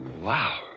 Wow